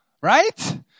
Right